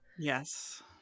yes